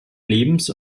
lebens